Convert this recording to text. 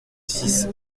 six